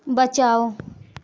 बचाओ